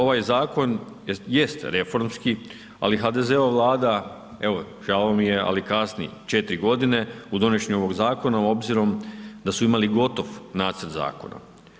Ovaj zakon jest reformski ali HDZ-ova Vlada, evo žao mi je ali kasni 4 godine u donošenju ovog zakona obzirom da su imali gotov nacrt zakona.